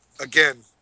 again